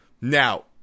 Now